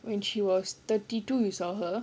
when she was thirty two you saw her